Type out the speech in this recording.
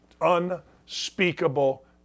unspeakable